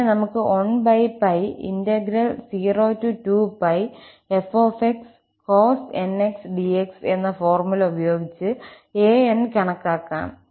പിന്നെ നമുക്ക് 1𝜋02πf cos nx dx എന്ന ഫോർമുല ഉപയോഗിച്ച് 𝑎n കണക്കാക്കാം